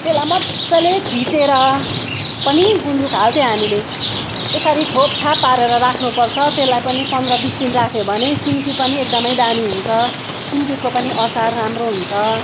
त्यसलाई मजाले थिचेर पनि गुन्द्रुक हाल्थ्यौँ हामीले यसरी छोपछाप पारेर राख्नुपर्छ त्यसलाई पनि पन्ध्र बिस दिन राख्यो भने सिन्की पनि एकदमै दामी हुन्छ सिन्कीको पनि अचार राम्रो हुन्छ